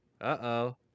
Uh-oh